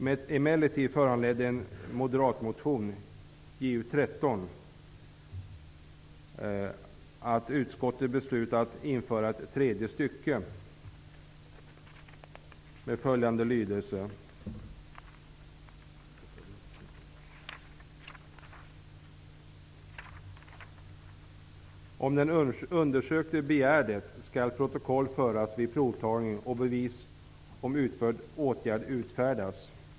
En moderatmotion, Ju13, föranledde emellertid att utskottet tillstyrker införandet av ett tredje stycke med följande lydelse: Om den undersökte begär det, skall protokoll föras vid provtagning och bevis om utförd åtgärd utfärdas.